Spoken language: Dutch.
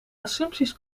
assumpties